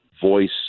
voice